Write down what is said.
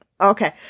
Okay